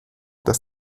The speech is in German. dass